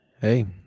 Hey